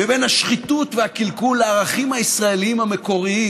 ובין השחיתות וקלקול הערכים הישראליים המקוריים,